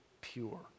pure